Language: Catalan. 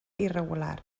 irregular